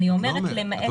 אבל את לא אומרת לו את זה.